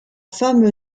femme